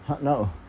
No